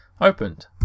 opened